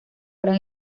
gran